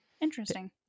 Interesting